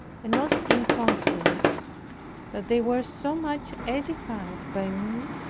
and not in conference that they were so much edified by me,